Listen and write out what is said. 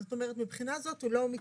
זאת אומרת, מהבחינה הזאת הוא לא מתפרץ.